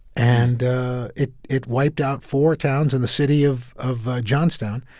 and it it wiped out four towns and the city of of johnstown,